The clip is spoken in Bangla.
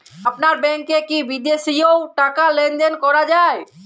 আপনার ব্যাংকে কী বিদেশিও টাকা লেনদেন করা যায়?